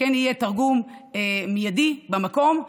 יהיה תרגום מיידי במקום,